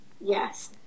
Yes